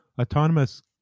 autonomous